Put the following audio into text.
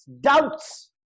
doubts